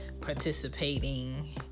participating